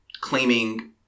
claiming